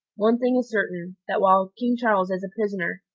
one thing is certain, that while king charles is a prisoner,